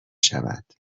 شود